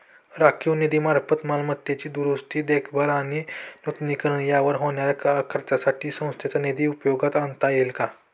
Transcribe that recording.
राखीव निधीमार्फत मालमत्तेची दुरुस्ती, देखभाल आणि नूतनीकरण यावर होणाऱ्या खर्चासाठी संस्थेचा निधी उपयोगात आणता येईल का?